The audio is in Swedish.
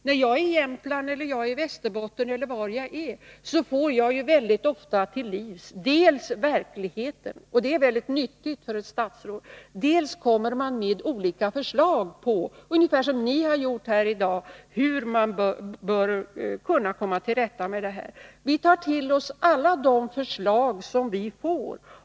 När jag är i Jämtland, i Västerbotten eller någon annanstans, får jag väldigt ofta verkligheten till livs, och det är mycket nyttigt för ett statsråd. Dessutom kommer man med olika förslag, såsom ni gjort här i dag, om hur vi skall komma till rätta med detta problem. Vi tar till oss alla de förslag vi får.